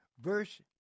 verse